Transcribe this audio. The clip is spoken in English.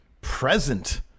present